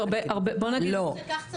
אמרתי שכך צריך להיות.